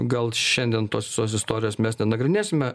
gal šiandien tos visos istorijos mes nenagrinėsime